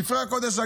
ספרי הקודש,